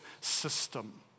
system